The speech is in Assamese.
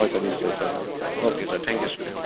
হয় ছাৰ নিশ্চয় sir okay sir thank you sir